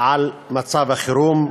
על מצב החירום: